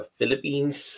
Philippines